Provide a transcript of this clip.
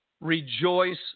rejoice